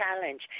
Challenge